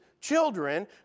children